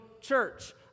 church